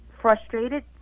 frustrated